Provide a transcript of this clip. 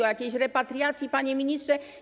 O jakiejś repatriacji, panie ministrze?